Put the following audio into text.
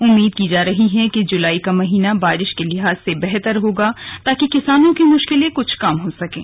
उम्मीद की जा रही है कि जुलाई का महीना बारिश के लिहाज से बेहतर होगा ताकि किसानों की मुश्किले कुछ कम होंगी